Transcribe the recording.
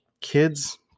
kids